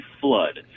flood